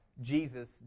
Jesus